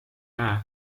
jää